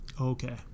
Okay